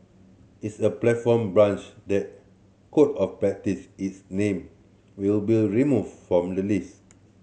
is a platform breach the Code of Practice its name will be removed from the list